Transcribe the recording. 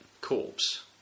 corpse